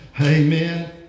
Amen